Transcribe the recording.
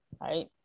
right